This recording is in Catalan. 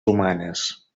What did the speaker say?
humanes